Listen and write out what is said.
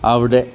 അവിടെ